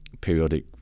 periodic